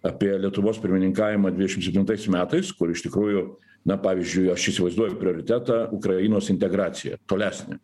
apie lietuvos pirmininkavimą dvidešim septintais metais kur iš tikrųjų na pavyzdžiui aš įsivaizduoju prioritetą ukrainos integraciją tolesnę